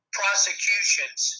prosecutions